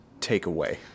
takeaway